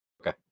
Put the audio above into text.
Okay